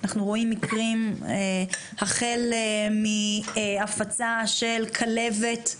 אנחנו רואים מקרים החל מהפצה של כלבת,